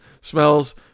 smells